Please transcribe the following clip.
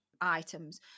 items